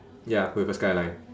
ya with a skyline